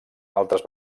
altres